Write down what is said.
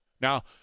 Now